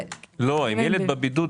אם הם בזום,